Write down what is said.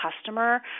customer